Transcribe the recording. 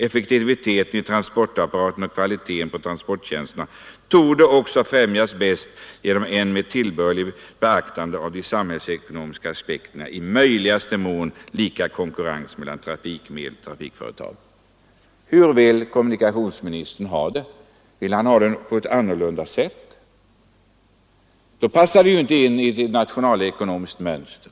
Effektiviteten i transportapparaten och kvaliteten på transporttjänsterna torde också främjas bäst genom en med tillbörligt beaktande av de samhällsekonomiska aspekterna i möjligaste mån lika konkurrens mellan trafikmedel och trafikföretag.” Hur vill kommunikationsministern ha det? Vill han ha det på ett annat sätt? I så fall passar det inte in i vårt ekonomiska mönster.